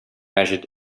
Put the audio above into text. measured